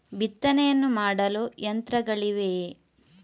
ಬಿತ್ತನೆಯನ್ನು ಮಾಡಲು ಯಂತ್ರಗಳಿವೆಯೇ?